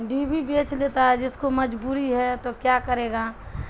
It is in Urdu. ڈی بیی بیچ لیتا ہے جس کو مجبوری ہے تو کیا کرے گا